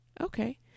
Okay